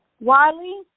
Wiley